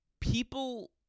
people